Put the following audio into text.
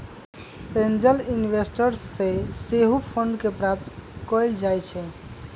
angel investors से सेहो fund के प्राप्त कएल जाइ छइ